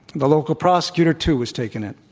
the local prosecutor, too, was taken in.